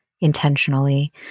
intentionally